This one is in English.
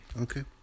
Okay